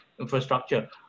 infrastructure